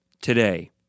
today